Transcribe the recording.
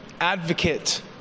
advocate